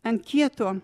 ant kieto